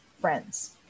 friends